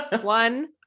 one